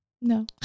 No